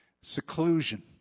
seclusion